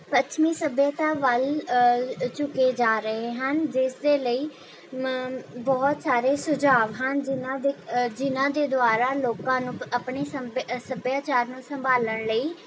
ਪੱਛਮੀ ਸੱਭਿਅਤਾ ਵੱਲ ਝੁਕੇ ਜਾ ਰਹੇ ਹਨ ਜਿਸ ਦੇ ਲਈ ਬਹੁਤ ਸਾਰੇ ਸੁਝਾਉ ਹਨ ਜਿਨ੍ਹਾਂ ਦੇ ਜਿਨ੍ਹਾਂ ਦੇ ਦੁਆਰਾ ਲੋਕਾਂ ਨੂੰ ਆਪਣੇ ਸੱਭਿਆਚਾਰ ਨੂੰ ਸੰਭਾਲਣ ਲਈ